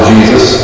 Jesus